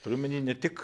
turiu omeny ne tik